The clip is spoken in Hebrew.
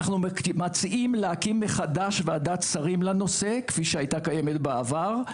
אנחנו מציעים להקים מחדש ועדת שרים לנושא כפי שהייתה קיימת בעבר,